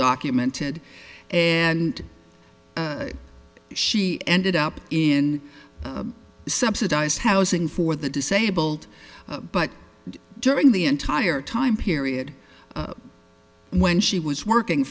documented and she ended up in subsidized housing for the disabled but during the entire time period when she was working